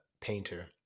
painter